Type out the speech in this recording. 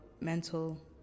mental